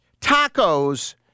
Tacos